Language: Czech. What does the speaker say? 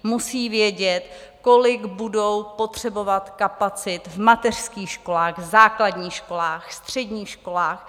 Musí vědět, kolik budou potřebovat kapacit v mateřských školách, v základních školách, středních školách.